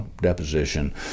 deposition